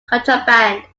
contraband